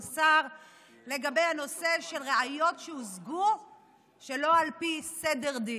סער על הנושא של ראיות שהושגו שלא על פי סדר דין.